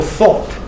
thought